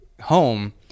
home